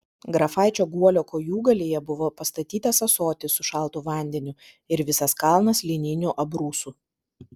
grafaičio guolio kojūgalyje buvo pastatytas ąsotis su šaltu vandeniu ir visas kalnas lininių abrūsų